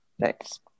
Thanks